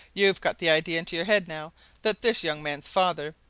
you've got the idea into your head now that this young man's father,